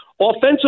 Offensively